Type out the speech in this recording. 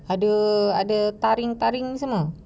ada ada taring-taring semua